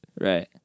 Right